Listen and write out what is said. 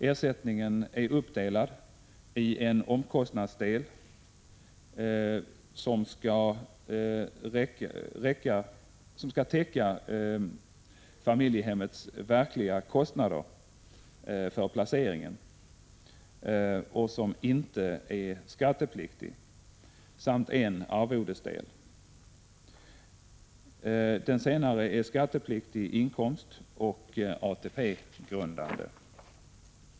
Ersättningen är uppdelad i en omkostnadsdel — som skall täcka familjehemmets verkliga kostnader för placeringen och som inte är skattepliktig — samt en arvodesdel. Den senare är skattepliktig inkomst och ATP-grundande.